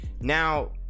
Now